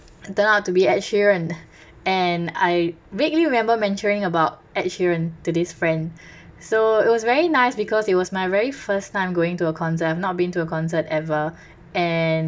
and turn out to be ed sheeran and I vaguely remember mentioning about ed sheeran to this friend so it was very nice because it was my very first time going to a concert I've not been to a concert ever and